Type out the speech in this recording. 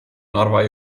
narva